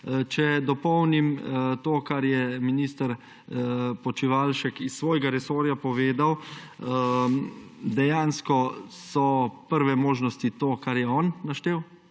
Če dopolnim to, kar je minister Počivalšek iz svojega resorja povedal, dejansko so prve možnosti to, kar je on naštel;